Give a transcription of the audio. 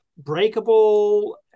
breakable